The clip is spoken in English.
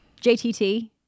jtt